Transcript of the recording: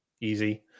easy